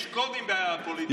יש קודים בפוליטיקה.